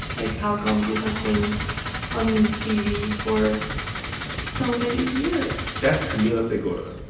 like, how come this has been on tv for so many years? that's camila segura.